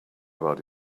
about